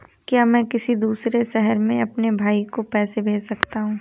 क्या मैं किसी दूसरे शहर में अपने भाई को पैसे भेज सकता हूँ?